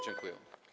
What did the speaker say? Dziękuję.